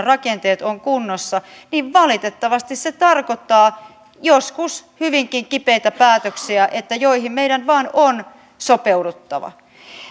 rakenteet kunnossa niin valitettavasti se tarkoittaa joskus hyvinkin kipeitä päätöksiä joihin meidän vain on sopeuduttava